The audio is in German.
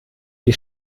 die